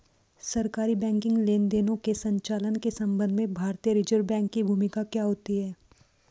सरकारी बैंकिंग लेनदेनों के संचालन के संबंध में भारतीय रिज़र्व बैंक की भूमिका क्या होती है?